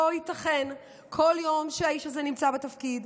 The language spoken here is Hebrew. לא ייתכן שכל יום שהאיש הזה נמצא בתפקיד,